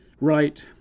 Right